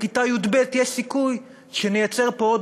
בכיתה י"ב יש סיכוי שנייצר פה בעוד